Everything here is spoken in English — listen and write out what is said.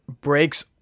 breaks